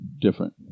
Different